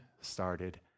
started